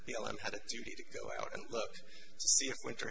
the winter